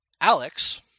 Alex